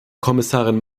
kommissarin